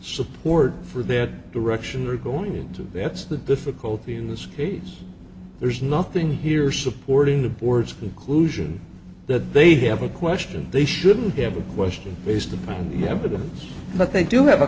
support for their direction or going into that's the difficulty in this case there's nothing here supporting the board's inclusion that they have a question they shouldn't have a question based upon the help of them but they do have a